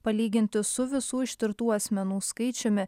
palyginti su visų ištirtų asmenų skaičiumi